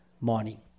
morning